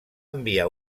enviar